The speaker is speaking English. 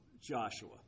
Joshua